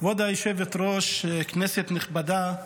כבוד היושבת-ראש, כנסת נכבדה,